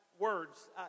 words